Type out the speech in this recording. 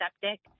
septic